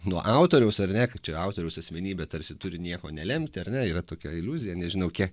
nuo autoriaus ar ne kaip čia autoriaus asmenybė tarsi turi nieko nelemti ar ne yra tokia iliuzija nežinau kiek